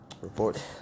report